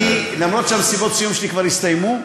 למרות שמסיבות הסיום שלי כבר הסתיימו,